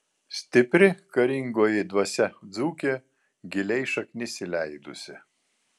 stipri karingoji dvasia dzūke giliai šaknis įleidusi